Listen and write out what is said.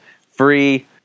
Free